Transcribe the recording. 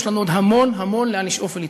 לנו עוד המון המון לאן לשאוף ולהתקדם.